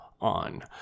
on